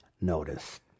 notice